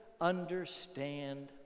understand